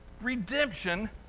Redemption